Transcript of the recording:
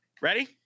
Ready